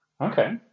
Okay